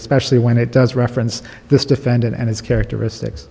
especially when it does reference this defendant and his characteristics